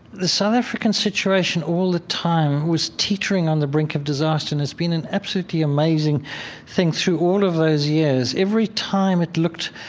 the south african situation all the time was teetering on the brink of disaster, and it's been an absolutely amazing thing to all of us, yes. every time it looked